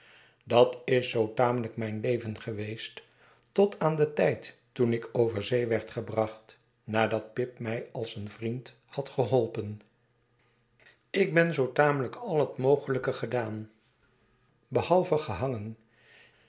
dat is zoo tamelijk mijn leven geweest tot aan den tijd toen ik over zee werd gebracht nadat pip mij als een vriend had geholpen ik ben zoo tamelijk al het mogelijke gedaan behalve gehangen